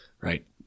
right